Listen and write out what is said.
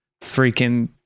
freaking